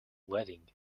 wedding